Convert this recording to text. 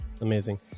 amazing